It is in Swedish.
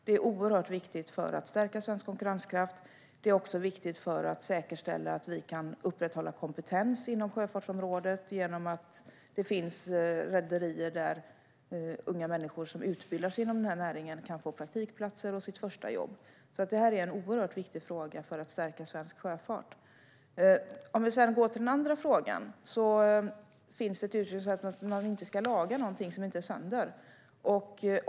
Det är oerhört viktigt för att stärka svensk konkurrenskraft. Det är också viktigt för att säkerställa att vi kan upprätthålla kompetens inom sjöfartsområdet genom att det finns rederier där unga människor som utbildar sig inom näringen kan få praktikplatser och sitt första jobb. Det här är en oerhört viktig fråga för att stärka svensk sjöfart. På den andra frågan kan jag svara att det finns ett uttryckssätt som säger att man inte ska laga någonting som inte är sönder.